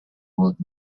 would